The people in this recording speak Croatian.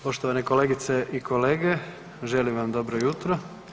Poštovane kolegice i kolege, želim vam dobro jutro.